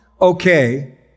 okay